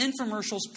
infomercials